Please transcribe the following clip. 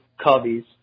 cubbies